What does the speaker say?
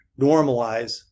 normalize